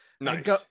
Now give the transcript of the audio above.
Nice